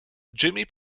jimmy